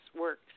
works